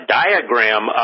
diagram